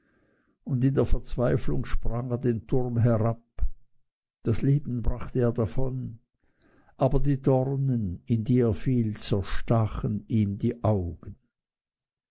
und in der verzweiflung sprang er den turm herab das leben brachte er davon aber die dornen in die er fiel zerstachen ihm die augen